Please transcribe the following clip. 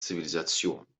zivilisation